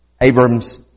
Abram's